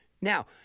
Now